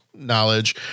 knowledge